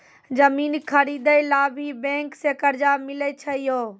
जमीन खरीदे ला भी बैंक से कर्जा मिले छै यो?